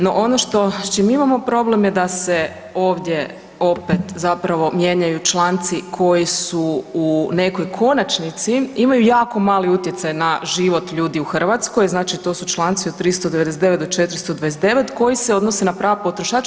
No ono što, s čim mi imamo problem je da se ovdje opet zapravo mijenjaju članci koji su, u nekoj konačnici imaju jako mali utjecaj na život ljudi u Hrvatskoj, znači to su članci od 399. do 429. koji se odnose na prava potrošača.